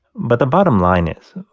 but the bottom line is,